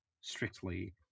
strictly